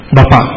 Bapa